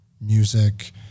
music